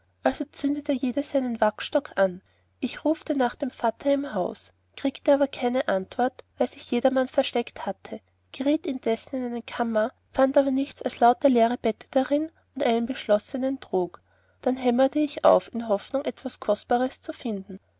jeder seinen wachsstock an ich rufte nach dem vatter im haus kriegte aber keine antwort weil sich jedermann versteckt hatte geriet indessen in eine kammer fand aber nichts als ein lär bette darin und einen beschlossenen trog den hämmerte ich auf in hoffnung etwas kostbares zu finden